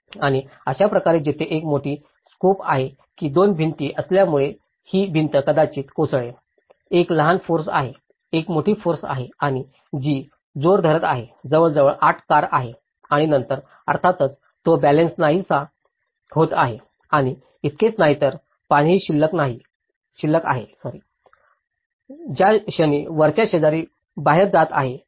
आणि अशाप्रकारे तेथे एक मोठी स्कोप आहे की दोन भिंती असल्यामुळे ही भिंत कदाचित कोसळेल एक लहान फोर्स आहे एक मोठी फोर्स आहे आणि ती जोर धरत आहे जवळजवळ 8 कार आहेत आणि नंतर अर्थातच तो बॅलन्स नाहीसा होत आहे आणि इतकेच नाही तर पाणीही शिल्लक आहे ज्या क्षणी वरच्या शेजारी बाहेर जात आहेत